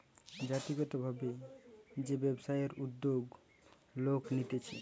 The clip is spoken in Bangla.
জাতিগত ভাবে যে ব্যবসায়ের উদ্যোগ লোক নিতেছে